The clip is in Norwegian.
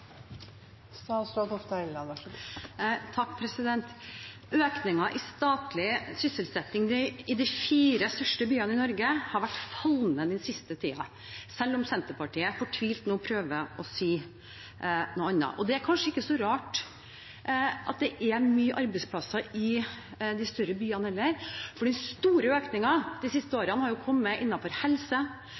i statlig sysselsetting i de fire største byene i Norge har vært fallende den siste tiden, selv om Senterpartiet fortvilt nå prøver å si noe annet. Det er kanskje ikke så rart at det er mange arbeidsplasser i de større byene, for den store økningen de siste årene har kommet innenfor helse,